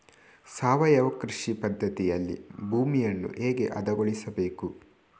ಸಾವಯವ ಕೃಷಿ ಪದ್ಧತಿಯಲ್ಲಿ ಭೂಮಿಯನ್ನು ಹೇಗೆ ಹದಗೊಳಿಸಬೇಕು?